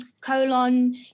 colon